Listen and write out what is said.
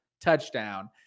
Touchdown